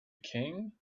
king